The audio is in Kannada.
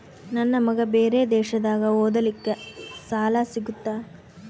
ನನ್ನ ಮಗ ಬೇರೆ ದೇಶದಾಗ ಓದಲಿಕ್ಕೆ ಸಾಲ ಸಿಗುತ್ತಾ?